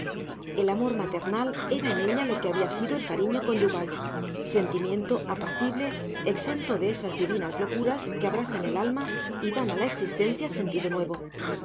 el amor maternal era en ella lo que había sido el cariño conyugal sentimiento apacible exento de esas divinas locuras que abrasan el alma y dan a la existencia sentido nuevo